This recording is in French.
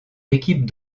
équipe